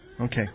okay